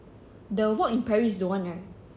the work in paris is the one right